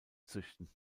züchten